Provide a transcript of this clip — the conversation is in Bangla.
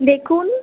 দেখুন